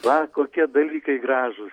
va kokie dalykai gražūs